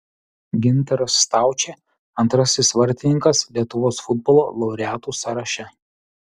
gintaras staučė antrasis vartininkas lietuvos futbolo laureatų sąraše